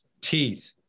teeth